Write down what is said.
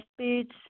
speech